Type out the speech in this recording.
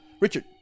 Richard